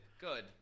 Good